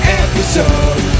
episode